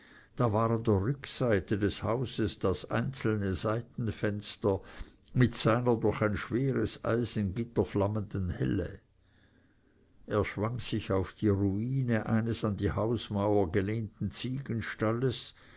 da war an der rückseite des hauses das einzelne seitenfenster mit seiner durch ein schweres eisengitter flammenden helle er schwang sich auf die ruine eines an die hausmauer gelehnten